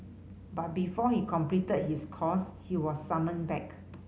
but before he completed his course he was summoned back